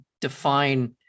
define